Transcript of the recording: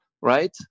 Right